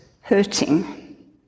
hurting